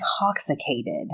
intoxicated